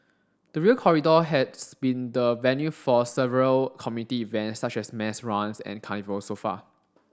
the Rail Corridor has been the venue for several community events such as mass runs and carnivals so far